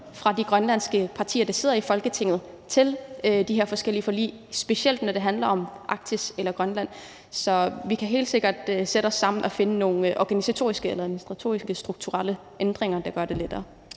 at de grønlandske partier, der sidder i Folketinget, i det mindste bliver inviteret til de her forskellige forlig, specielt når det handler om Arktis eller Grønland. Så vi kan helt sikkert sætte os sammen og finde nogle organisatoriske eller administrative strukturelle ændringer, der gør det lettere.